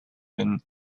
been